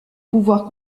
pouvoir